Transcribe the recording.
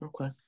okay